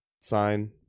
sign